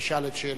תשאל את שאלתה.